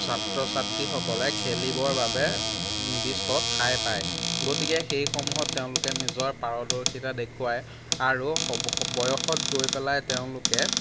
ছাত্ৰ ছাত্ৰীসকলে খেলিবৰ বাবে নিৰ্দিষ্ট ঠাই পায় গতিকে সেইসমূহত তেওঁলোকে নিজৰ পাৰদৰ্শিতা দেখুৱাই আৰু চব বয়সত গৈ পেলাই তেওঁলোকে